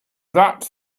that